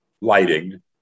lighting